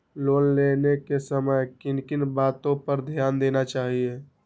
Loan लेने के समय किन किन वातो पर ध्यान देना चाहिए?